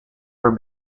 for